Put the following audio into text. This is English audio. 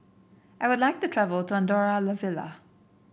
I would like to travel to Andorra La Vella